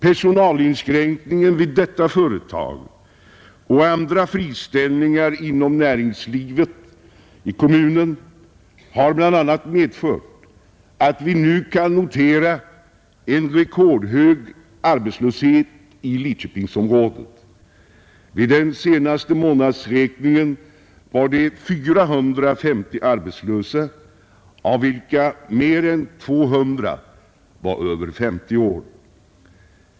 Personalinskränkningen vid detta företag och andra friställningar inom näringslivet i kommunen har bl.a. medfört att vi nu kan notera en rekordhög arbetslöshet i Lidköpingsområdet. Vid den senaste månadsräkningen var det 450 arbetslösa, av vilka mer än 200 var över 50 år.